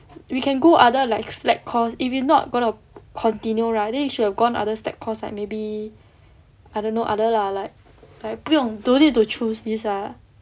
we can go other like slack course if you not going to continue right then you should have gone other slack course like maybe I don't know other lah like like 不用 no need to choose this ah